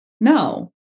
no